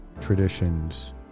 traditions